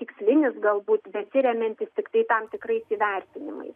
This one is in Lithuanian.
tikslinis galbūt besiremiantis tiktai tam tikrais įvertinimais